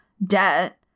debt